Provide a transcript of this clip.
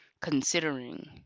considering